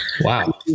Wow